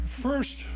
first